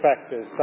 factors